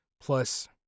plus